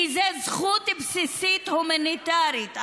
כי זו זכות בסיסית, הומניטרית.